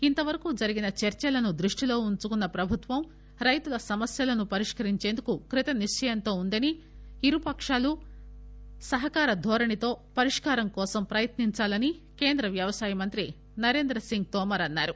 ఇంతవరకు జరిగిన చర్చలను దృష్టిలో ఉంచుకుని ప్రభుత్వం రైతుల సమస్యలను పరిష్కరించేందుకు కృత నిక్సయంతో ఉందని ఇరు పకాలూ సహకార దోరణితో పరిష్కారం కోసం ప్రయత్నించాలని కేంద్ర వ్యవసాయ శాఖ మంత్రి నరేంద్ర సింగ్ తోమర్ అన్నారు